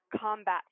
combat